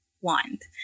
want